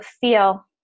feel